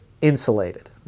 insulated